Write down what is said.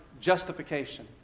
justification